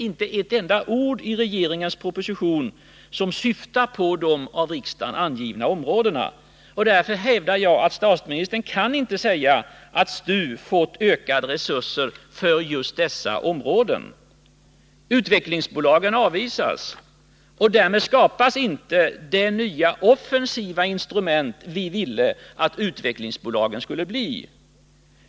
Inte ett enda ord i propositionen syftar på de av riksdagen angivna områdena. Därför kan statsministern inte hävda att STU fått ökade resurser för just dessa områden. Tanken på utvecklingsbolag avvisas. Därmed skapas inte det nya offensiva instrument vi ville att utvecklingsbolagen skulle bli.